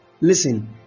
Listen